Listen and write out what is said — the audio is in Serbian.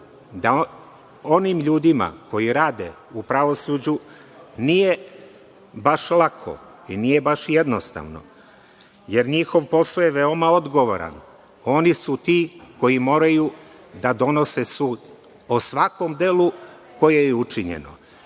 da onim ljudima koji rade u pravosuđu nije baš lako i nije baš jednostavno, jer njihov posao je veoma odgovoran. Oni su ti koji moraju da donose sud o svakom delu koje je učinjeno,